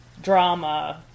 Drama